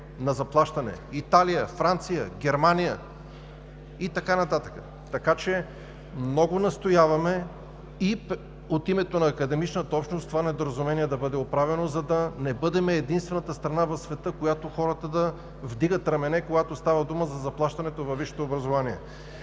Италия, Франция, Германия и така нататък. Много настояваме и от името на академичната общност това недоразумение да бъде оправено, за да не бъдем единствената страна в света, в която хората да вдигат рамене, когато става дума за заплащането във висшето образование.